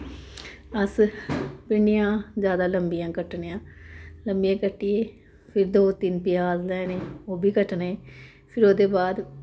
अस भिंडियां जैदा लम्मियां कट्टने आं लम्मियां कट्टियै फिर दो त्रै प्याज लैने ओह् बी कट्टने फिर ओह्दे बाद